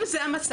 אם זה המצב,